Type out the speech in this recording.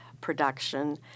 production